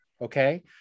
Okay